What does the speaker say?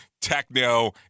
techno